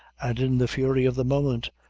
and, in the fury of the moment,